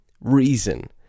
reason